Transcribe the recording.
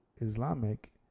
Islamic